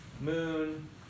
moon